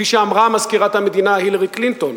כפי שאמרה מזכירת המדינה הילרי קלינטון: